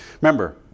Remember